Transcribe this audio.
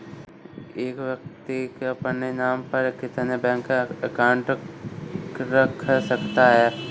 एक व्यक्ति अपने नाम पर कितने बैंक अकाउंट रख सकता है?